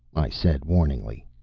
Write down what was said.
i said warningly.